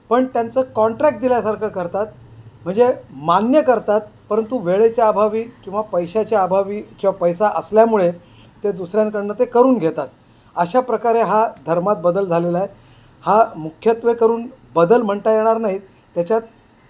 पण त्यांचं कॉन्ट्रॅक्ट दिल्यासारखं करतात म्हणजे मान्य करतात परंतु वेळेच्या अभावी किंवा पैशाच्या अभावी किंवा पैसा असल्यामुळे ते दुसऱ्यांकडून ते करून घेतात अशा प्रकारे हा धर्मात बदल झालेला आहे हा मुख्यत्वे करून बदल म्हणता येणार नाहीत त्याच्यात